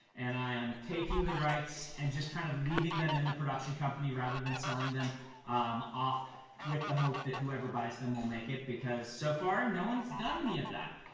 and i'm taking the rights and just kind of leaving them in the production company rather than selling them um off with the hope that whoever buys them will make it, because so far no one's done any of that.